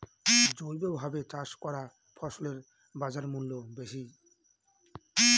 জৈবভাবে চাষ করা ফসলের বাজারমূল্য বেশি